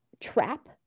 trap